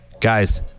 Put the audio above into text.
guys